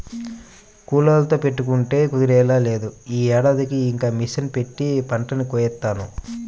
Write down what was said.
కూలోళ్ళతో పెట్టుకుంటే కుదిరేలా లేదు, యీ ఏడాదికి ఇక మిషన్ పెట్టే పంటని కోయిత్తాను